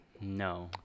No